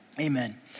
Amen